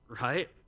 right